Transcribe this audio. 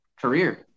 career